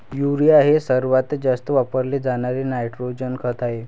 urea हे सर्वात जास्त वापरले जाणारे नायट्रोजन खत आहे